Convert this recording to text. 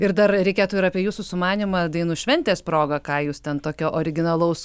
ir dar reikėtų ir apie jūsų sumanymą dainų šventės proga ką jūs ten tokio originalaus